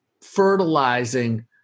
fertilizing